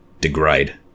degrade